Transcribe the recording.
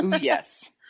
Yes